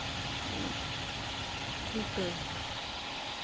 ᱠᱷᱩᱱᱴᱟᱹᱣ